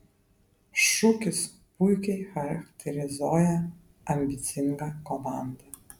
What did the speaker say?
šūkis puikiai charakterizuoja ambicingą komandą